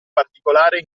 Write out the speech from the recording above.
particolare